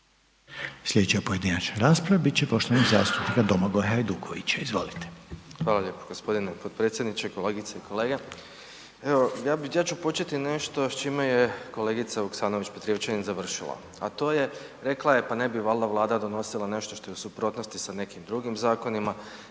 Sljedeća pojedinačna rasprava bit će poštovanog zastupnika Domagoja Hajdukovića. Izvolite. **Hajduković, Domagoj (SDP)** Hvala g. potpredsjedniče, kolegice i kolege. Evo, ja bi, ja ću početi nešto s čime je kolegica Vuksanović Petrijevčanin završila, a to je, rekla je, pa ne bi valjda Vlada donosila nešto što je u suprotnosti sa nekim drugim zakonima.